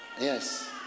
Yes